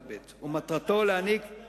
עד לכיתה י"ב, והממשלה הציעה לבטל אותו.